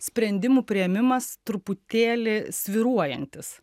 sprendimų priėmimas truputėlį svyruojantis